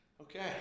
Okay